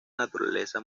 naturaleza